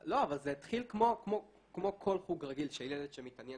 לא, אבל זה התחיל כמו כל חוג רגיל של ילד שמתעניין